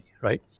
Right